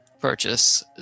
purchase